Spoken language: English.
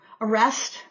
arrest